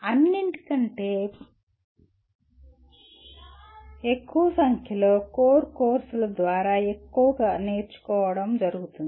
అన్నింటికంటే ఎక్కువ సంఖ్యలో కోర్ కోర్సుల ద్వారా ఎక్కువ నేర్చుకోవడం జరుగుతుంది